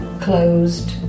closed